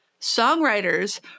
songwriters